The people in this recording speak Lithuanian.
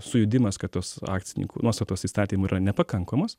sujudimas kad tos akcininkų nuostatos įstatymų yra nepakankamos